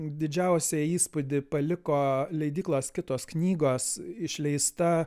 didžiausią įspūdį paliko leidyklos kitos knygos išleista